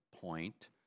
point